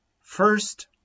first